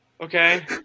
Okay